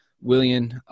William